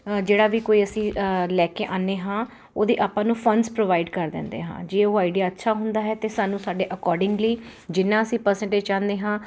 ਜਿਹੜਾ ਵੀ ਕੋਈ ਅਸੀਂ ਲੈ ਕੇ ਆਨੇ ਹਾਂ ਉਹਦੇ ਆਪਾਂ ਨੂੰ ਫੰਡਸ ਪ੍ਰੋਵਾਈਡ ਕਰ ਦਿੰਦੇ ਹਾਂ ਜੇ ਉਹ ਆਈਡੀਆ ਅੱਛਾ ਹੁੰਦਾ ਹੈ ਤਾਂ ਸਾਨੂੰ ਸਾਡੇ ਅਕੋਰਡਿੰਗਲੀ ਜਿੰਨਾ ਅਸੀਂ ਪਰਸੈਂਟੇਜ ਚਾਹੁੰਦੇ ਹਾਂ